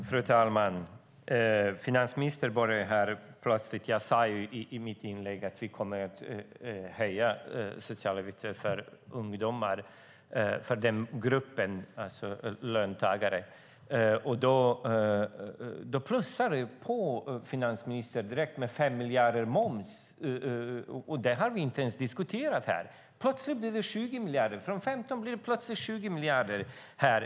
Fru talman! Jag sade i mitt inlägg att vi kommer att höja de sociala avgifterna för ungdomar. Då plussar finansministern direkt på med 5 miljarder moms, men det har vi inte diskuterat här. Plötsligt blev det 20 miljarder. 15 miljarder blir plötsligt 20 miljarder här.